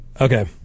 Okay